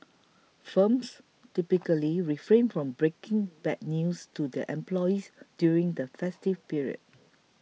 firms typically refrain from breaking bad news to their employees during the festive period